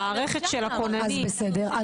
המערכת של הכוננים זה --- אז רגע,